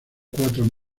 cuatro